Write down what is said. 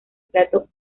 plato